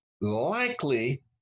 likely